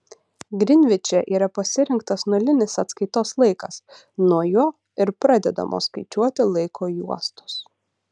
grinviče yra pasirinktas nulinis atskaitos laikas nuo jo ir pradedamos skaičiuoti laiko juostos